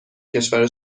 کشور